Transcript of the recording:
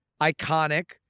iconic